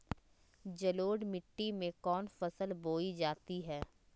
जलोढ़ मिट्टी में कौन फसल बोई जाती हैं?